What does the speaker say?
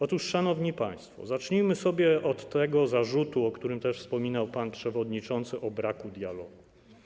Otóż, szanowni państwo, zacznijmy sobie od tego zarzutu, o którym też wspominał pan przewodniczący, o braku dialogu.